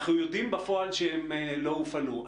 אנחנו יודעים בפועל שהם לא הופעלו.